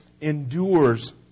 endures